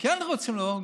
שכן רוצים לבוא,